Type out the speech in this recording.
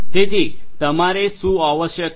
તેથી તમારે શું આવશ્યક છે